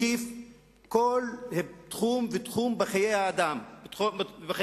מקיף כל תחום ותחום בחיי התושבים,